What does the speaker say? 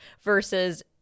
Versus